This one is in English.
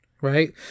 right